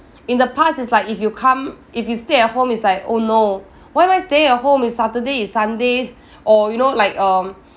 in the past it's like if you come if you stay at home it's like oh no why am I staying at home it's saturday it's sunday or you know like um